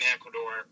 Ecuador